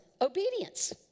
obedience